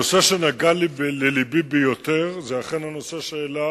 הנושא שנגע ללבי ביותר הוא אכן הנושא שהעלו